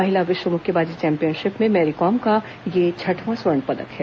महिला विश्व मुक्केबाजी चैंपियनशिप में मैरीकॉम का यह छठवां स्वर्ण पदक है